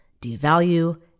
devalue